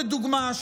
לדוגמה,